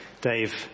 Dave